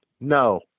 No